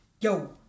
yo